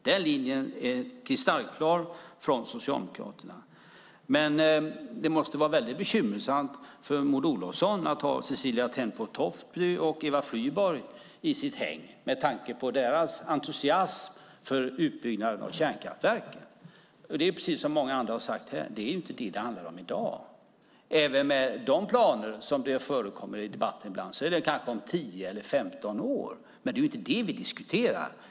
Den linjen är kristallklar från Socialdemokraterna. Men det måste vara bekymmersamt för Maud Olofsson att ha Cecilie Tenfjord-Toftby och Eva Flyborg i sitt hägn, med tanke på deras entusiasm för utbyggnaden av kärnkraftverken. Men precis som många har sagt här i dag är det inte detta diskussionen handlar om i dag. Även med de planer som förekommer i debatten ibland är det kanske fråga om tio eller femton år, men det är inte det vi diskuterar.